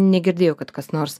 negirdėjau kad kas nors